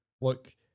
look